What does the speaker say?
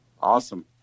Awesome